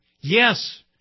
Yes